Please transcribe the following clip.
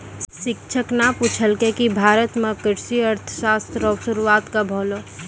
शिक्षक न पूछलकै कि भारत म कृषि अर्थशास्त्र रो शुरूआत कब होलौ